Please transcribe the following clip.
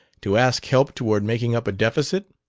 to ask help toward making up a deficit?